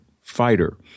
fighter